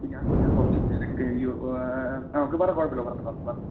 ഞാ കൊ ഞാ കൊറച്ച് തെരക്കാ യ്യോ ഓക്കെ പറ കൊഴപ്പില്ല പറഞ്ഞോ പറഞ്ഞോ പറഞ്ഞോ